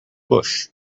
bush